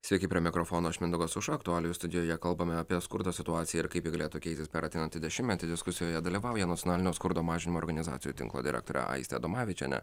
sveiki prie mikrofono mindaugas aušra aktualijų studijoje kalbame apie skurdo situaciją ir kaip galėtų keistis per ateinantį dešimtmetį diskusijoje dalyvauja nacionalinio skurdo mažinimo organizacijų tinklo direktorė aistė adomavičienė